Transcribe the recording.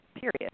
period